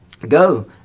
go